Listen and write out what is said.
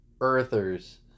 Earthers